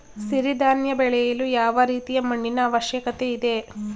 ಸಿರಿ ಧಾನ್ಯ ಬೆಳೆಯಲು ಯಾವ ರೀತಿಯ ಮಣ್ಣಿನ ಅವಶ್ಯಕತೆ ಇದೆ?